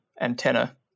antenna